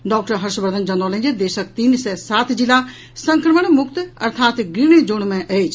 doctor Harshvardhan जनौलनि जे देशक तीन सय सात जिला संक्रमण मुक्त अर्थात ग्रीन जोन मे अछि